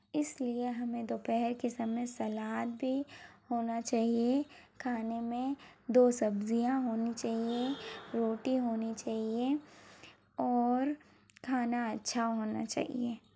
इसलिए हमें दोपहर के समय सलाद भी होना चाहिये खाने में दो सब्ज़ियाँ होनी चाहिये रोटी होनी चाहिये और खाना अच्छा होना चाहिये